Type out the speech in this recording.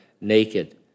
naked